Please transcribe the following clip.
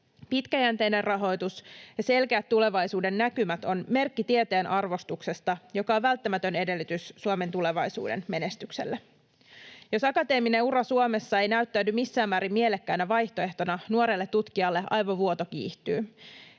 Pitkäjänteinen rahoitus ja selkeät tulevaisuudennäkymät ovat merkki tieteen arvostuksesta, joka on välttämätön edellytys Suomen tulevaisuuden menestykselle. Jos akateeminen ura Suomessa ei näyttäydy missään määrin mielekkäänä vaihtoehtona nuorelle tutkijalle, aivovuoto kiihtyy.